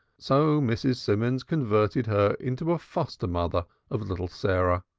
so mrs. simons converted her into a foster mother of little sarah,